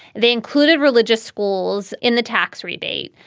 they included religious schools in the tax rebate.